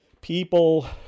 People